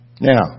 Now